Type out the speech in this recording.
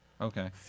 Okay